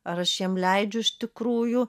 ar aš jam leidžiu iš tikrųjų